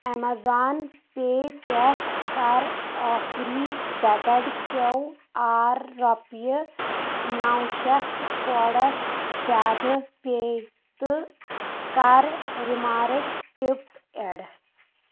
Amazon پے پٮ۪ٹھ کَر ٲخٕری سیٚکنٛڈ کٮ۪و آر رۄپیہِ نو شیٚتھ کوڈس زیٛادٕ پے تہٕ کَر ریمارٕک ٹِپ اؠڈ